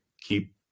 keep